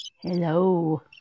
Hello